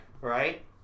right